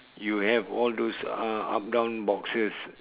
you have all those uh up down boxes